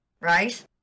right